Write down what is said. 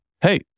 Hey